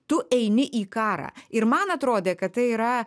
tu eini į karą ir man atrodė kad tai yra